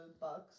Bucks